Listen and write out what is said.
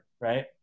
right